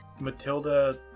Matilda